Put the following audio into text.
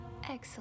Excellent